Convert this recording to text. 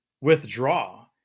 withdraw